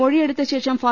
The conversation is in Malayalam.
മൊഴിയെ ടുത്ത ശേഷം ഫാ